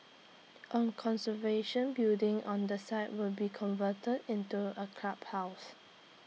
A conservation building on the site will be converted into A clubhouse